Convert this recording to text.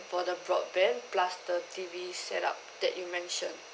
for the broadband plus the T_V setup that you mentioned